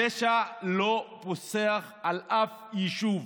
הפשע לא פוסח על אף יישוב.